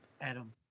Adam